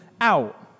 out